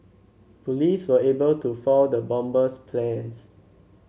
police were able to foil the bomber's plans